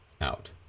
out